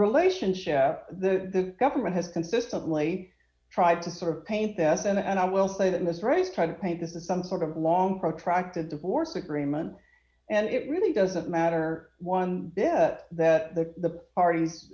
relationship the government has consistently tried to sort of paint this and i will say that in this race try to paint this as some sort of long protracted divorce agreement and it really doesn't matter one bit that the parties